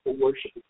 worship